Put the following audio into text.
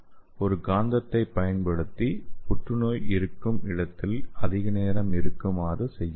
ஒரு காந்தத்தை பயன்படுத்தி புற்றுநோய்க்கு இருக்கும் இடத்தில் அதிக நேரம் இருக்குமாறு செய்யலாம்